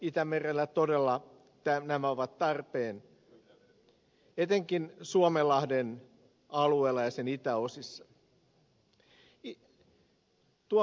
itämerellä todella nämä ovat tarpeen etenkin suomenlahden alueella ja sen itäosissa